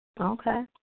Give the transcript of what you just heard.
Okay